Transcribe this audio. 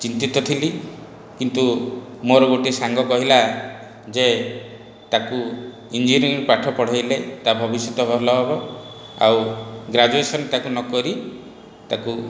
ଚିନ୍ତିତ ଥିଲି କିନ୍ତୁ ମୋର ଗୋଟିଏ ସାଙ୍ଗ କହିଲା ଯେ ତାକୁ ଇଞ୍ଜିନିୟରିଂ ପାଠ ପଢ଼େଇଲେ ତା ଭବିଷ୍ୟତ ଭଲ ହେବ ଆଉ ଗ୍ରାଜୁଏସନ୍ ତାକୁ କରି ତାକୁ